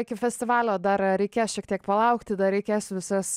iki festivalio dar reikės šiek tiek palaukti dar reikės visas